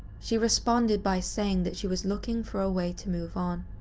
she responded by saying that she was looking for a way to move on,